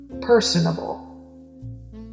personable